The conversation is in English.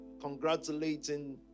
congratulating